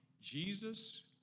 Jesus